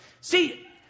See